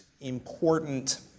important